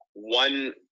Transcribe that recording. one